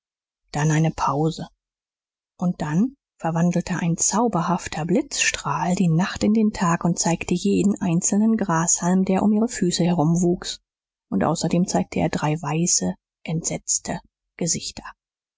dann eine pause und dann verwandelte ein zauberhafter blitzstrahl die nacht in den tag und zeigte jeden einzelnen grashalm der um ihre füße herum wuchs und außerdem zeigte er drei weiße entsetzte gesichter